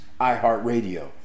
iHeartRadio